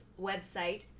website